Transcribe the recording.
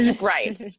right